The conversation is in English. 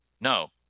no